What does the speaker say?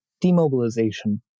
demobilization